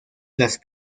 las